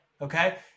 okay